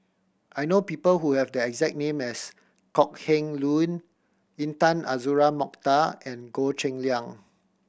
I know people who have the exact name as Kok Heng Leun Intan Azura Mokhtar and Goh Cheng Liang